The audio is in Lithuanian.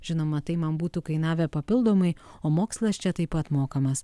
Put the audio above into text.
žinoma tai man būtų kainavę papildomai o mokslas čia taip pat mokamas